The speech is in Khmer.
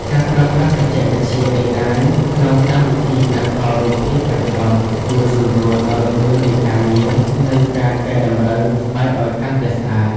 ការប្រើប្រាស់បច្ចេកវិទ្យា AI ក្នុងកម្មវិធីកាត់តរូបភាពបច្ចុប្បន្ន ជួយសម្រួលដល់ល្បឿននៃការងារ និងការកែសម្រួលស្បែកឱ្យកាន់តែស្អាត។